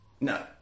No